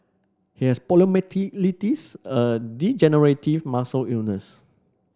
he has poliomyelitis a degenerative muscle illness